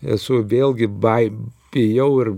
esu vėlgi baimių bijau ir